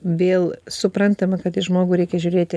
vėl suprantama kad į žmogų reikia žiūrėti